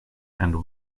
and